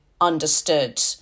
understood